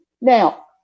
Now